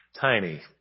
tiny